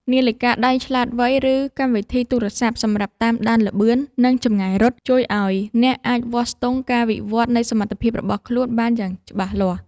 នាឡិកាដៃឆ្លាតវៃ ឬកម្មវិធីទូរសព្ទសម្រាប់តាមដានល្បឿន និងចម្ងាយរត់ ជួយឱ្យអ្នកអាចវាស់ស្ទង់ការវិវឌ្ឍនៃសមត្ថភាពរបស់ខ្លួនបានយ៉ាងច្បាស់លាស់។